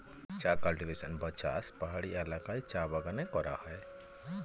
চা কাল্টিভেশন বা চাষ পাহাড়ি এলাকায় চা বাগানে করা হয়